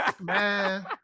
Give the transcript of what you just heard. Man